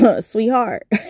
sweetheart